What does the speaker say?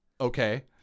Okay